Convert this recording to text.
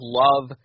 love –